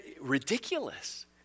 ridiculous